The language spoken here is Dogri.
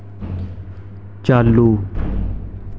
चालू